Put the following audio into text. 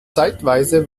zeitweise